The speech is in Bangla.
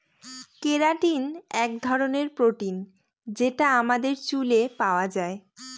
কেরাটিন এক ধরনের প্রোটিন যেটা আমাদের চুলে পাওয়া যায়